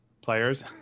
players